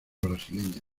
brasileña